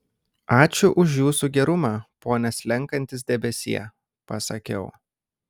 ačiū už jūsų gerumą pone slenkantis debesie pasakiau